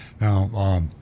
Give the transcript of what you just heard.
Now